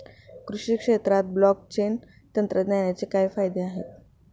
कृषी क्षेत्रात ब्लॉकचेन तंत्रज्ञानाचे काय फायदे आहेत?